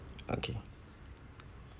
okay